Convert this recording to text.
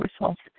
results